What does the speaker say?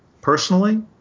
Personally